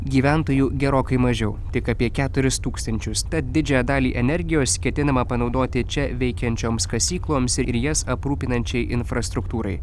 gyventojų gerokai mažiau tik apie keturis tūkstančius tad didžiąją dalį energijos ketinama panaudoti čia veikiančioms kasykloms ir jas aprūpinančiai infrastruktūrai